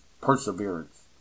perseverance